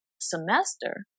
semester